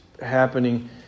happening